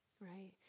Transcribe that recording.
right